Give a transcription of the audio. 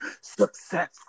Success